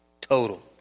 total